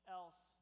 else